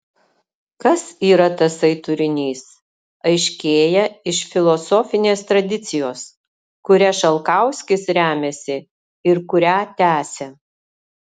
kas yra tasai turinys aiškėja iš filosofinės tradicijos kuria šalkauskis remiasi ir kurią tęsia